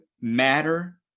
matter